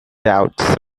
doubts